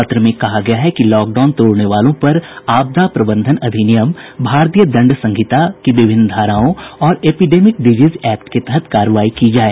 पत्र में कहा गया है कि लॉकडाउन तोड़ने वालों पर आपदा प्रबंधन अधिनियम भारतीय दंड संहिता की विभिन्न धाराओं और एपीडेमिक डिजीज एक्ट के तहत कार्रवाई की जाए